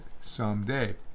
someday